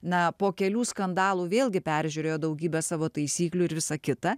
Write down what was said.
na po kelių skandalų vėlgi peržiūrėjo daugybę savo taisyklių ir visa kita